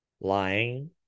lying